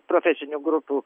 profesinių grupių